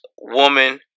woman